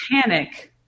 panic